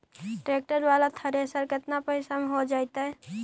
Tractor बाला thresher केतना पैसा में हो जैतै?